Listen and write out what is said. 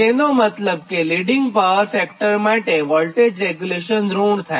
તેનો મતલબ કે લિડીંગ પાવર ફેક્ટર માટે રેગ્યુલેશન ઋણ થાય